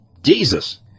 Jesus